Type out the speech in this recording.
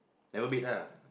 never beat lah